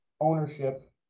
ownership